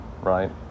right